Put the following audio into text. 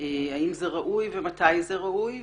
האם זה ראוי ומתי זה ראוי.